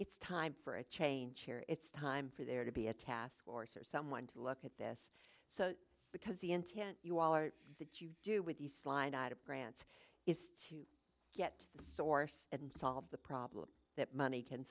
it's time for a change here it's time for there to be a task force or someone to look at this so because the intent you all are that you do with the slide out of grants is to get the source and solve the problem that money can